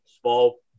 small